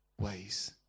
ways